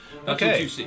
Okay